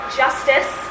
justice